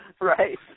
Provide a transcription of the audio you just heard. right